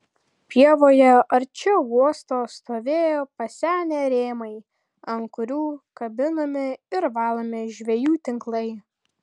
pievoje arčiau uosto stovėjo pasenę rėmai ant kurių kabinami ir valomi žvejų tinklai